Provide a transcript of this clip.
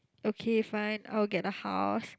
okay fine I will get the house